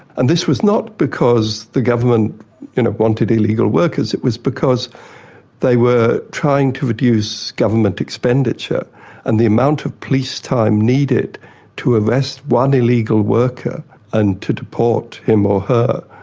and this was not because the government you know wanted illegal workers, it was because they were trying to reduce government expenditure and the amount of police time needed to arrest one illegal workers and to deport him or her,